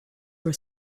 for